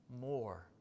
more